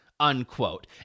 unquote